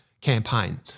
campaign